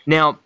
Now